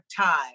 time